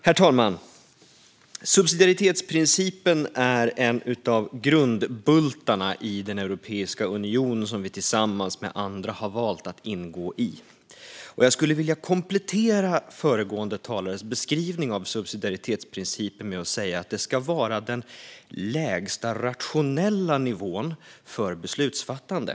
Herr talman! Subsidiaritetsprincipen är en av grundbultarna i den europeiska union som vi tillsammans med andra har valt att ingå i. Jag skulle vilja komplettera föregående talares beskrivning av subsidiaritetsprincipen med att säga att det ska vara den lägsta rationella nivån för beslutsfattande.